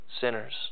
sinners